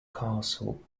castle